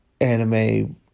anime